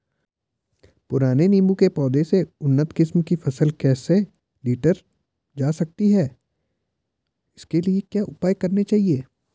पुराने नीबूं के पौधें से उन्नत किस्म की फसल कैसे लीटर जा सकती है इसके लिए क्या उपाय करने चाहिए?